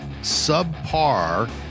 subpar